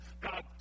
God